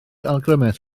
argymell